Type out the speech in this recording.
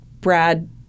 Brad